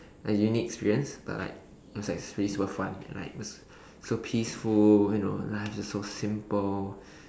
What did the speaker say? like unique experience but like it was like swim for fun and like so peaceful you know life was so simple